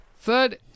Third